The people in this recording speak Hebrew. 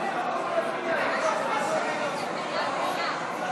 אתם מאוד סקרנים לדעת את התוצאה.